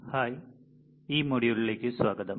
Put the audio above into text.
hi ഈ മൊഡ്യൂളിലേക്ക് സ്വാഗതം